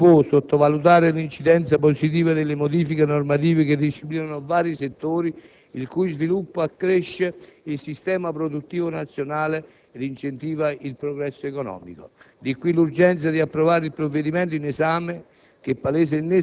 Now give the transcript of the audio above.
Dunque, non si può sottovalutare l'incidenza positiva delle modifiche normative che disciplinano vari settori il cui sviluppo accresce il sistema produttivo nazionale ed incentiva il progresso economico. Di qui l'urgenza di approvare il provvedimento in esame,